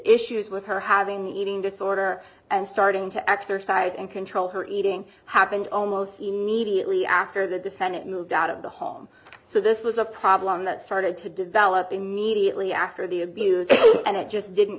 issues with her having an eating disorder and starting to exercise and control her eating happened almost immediately after the defendant moved out of the home so this was a problem that started to develop immediately after the abuse and it just didn't